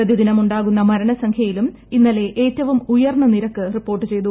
പ്രതിദിനം ഉണ്ടാകുന്ന മരണസംഖൃയിലും ഇന്നലെ ഏറ്റവും ഉയർന്ന നിരക്ക് റിപ്പോർട്ട് ചെയ്തു